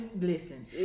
listen